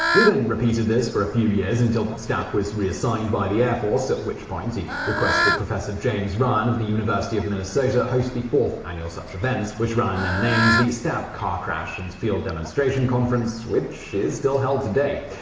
then repeated this for a few years until stapp was reassigned by the air force, at which point he requested professor james ryan of the university of minnesota host the fourth annual such event, which ryan then named the stapp car-crash and field demonstration conference, which is still held today.